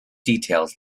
details